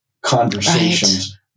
conversations